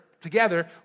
together